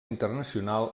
internacional